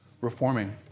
reforming